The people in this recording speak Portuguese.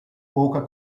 pouca